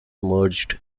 merged